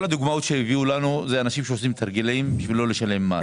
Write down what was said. כל הדוגמאות שהביאו לנו הן של אנשים שעושים תרגילים בשביל לא לשלם מס.